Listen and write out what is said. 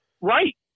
Right